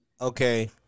Okay